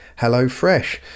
HelloFresh